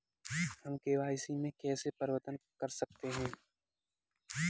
हम के.वाई.सी में कैसे परिवर्तन कर सकते हैं?